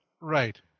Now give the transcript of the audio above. Right